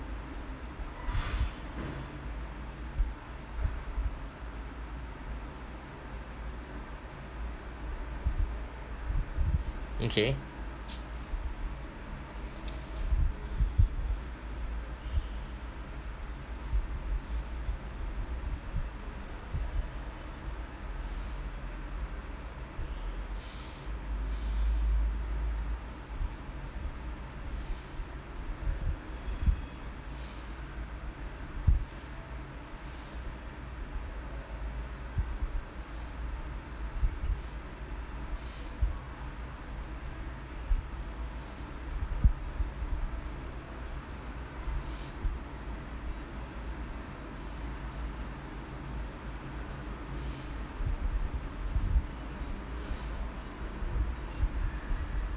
okay